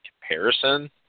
comparison